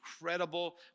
incredible